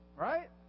Right